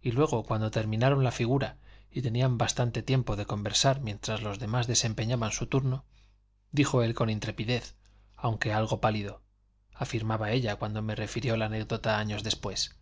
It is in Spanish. y luego cuando terminaron la figura y tenían bastante tiempo de conversar mientras los demás desempeñaban su turno dijo él con intrepidez aunque algo pálido afirmaba ella cuando me refirió la anécdota años después